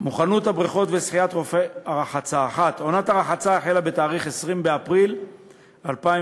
מוכנות בריכות השחייה וחופי הרחצה: 1. עונת הרחצה החלה בתאריך 20 באפריל 2015,